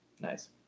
Nice